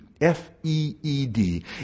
F-E-E-D